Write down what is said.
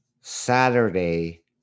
Saturday